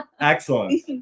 Excellent